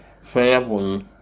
family